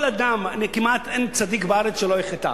כל אדם, כמעט אין צדיק בארץ שלא חטא.